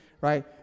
right